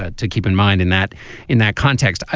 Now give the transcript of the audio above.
ah to keep in mind in that in that context. ah